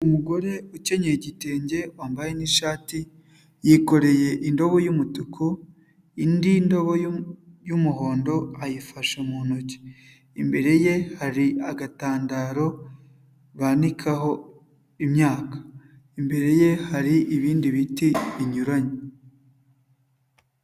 Umugore ukenyeye igitenge, wambaye n'ishati yikoreye indobo y'umutuku, indi ndobo y'umuhondo ayifashe mu ntoki, imbere ye hari agatandaro banikaho imyaka, imbere ye hari ibindi biti binyuranye.